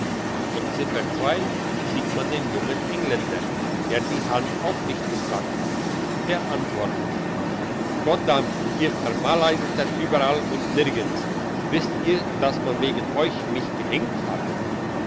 und ziffer sieht man den jungen engländer der die hand auch nicht im sack hat der antwortet goddam ihr vermaledeiter überall und nirgends wisst ihr dass man wegen euch mich gehenkt hat